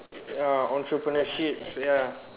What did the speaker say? orh entrepreneurship ya